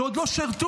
שעוד לא שירתו.